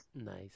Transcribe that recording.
Nice